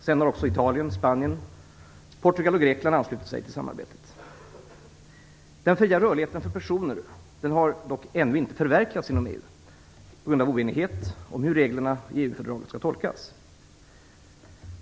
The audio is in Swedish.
Senare har också Italien, Spanien, Portugal och Grekland anslutit sig till samarbetet. Den fria rörligheten för personer har dock ännu inte förverkligats inom EU på grund av oenighet om hur reglerna i EU-fördraget skall tolkas.